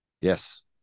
Yes